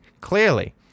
Clearly